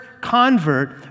convert